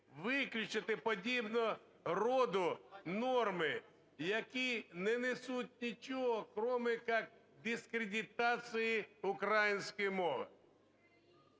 виключити подібного роду норми, які не несуть нічого, кроме як дискредитацію української мови.